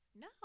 No